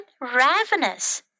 ravenous